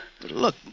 Look